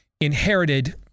inherited